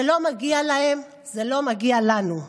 זה לא מגיע להם, זה לא מגיע לנו.